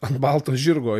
ant balto žirgo